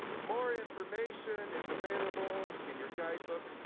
more information is available in your guidebook.